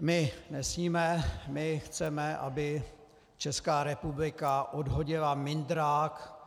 My nesníme, my chceme, aby Česká republika odhodila mindrák,